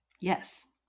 yes